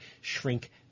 shrink